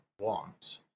want